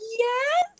yes